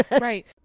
Right